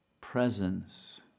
presence